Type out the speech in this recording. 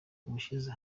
ubushize